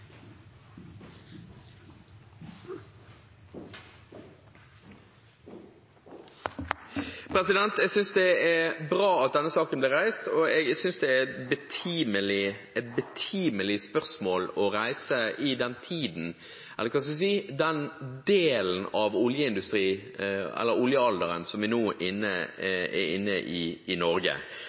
grunn. Jeg synes det er bra at denne saken ble reist, og jeg synes at det er et betimelig spørsmål å reise i den delen av oljealderen som vi nå er inne i i Norge.